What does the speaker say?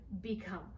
become